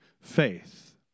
faith